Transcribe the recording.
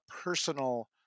personal